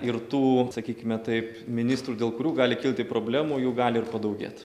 ir tų sakykime taip ministrų dėl kurių gali kilti problemų jų gali ir padaugėt